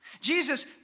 Jesus